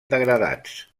degradats